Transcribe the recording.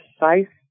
precise